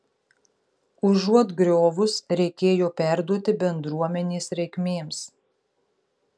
užuot griovus reikėjo perduoti bendruomenės reikmėms